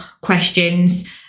questions